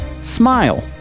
Smile